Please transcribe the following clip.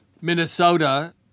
Minnesota